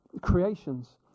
creations